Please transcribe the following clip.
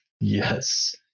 Yes